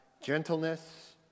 gentleness